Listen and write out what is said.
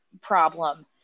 problem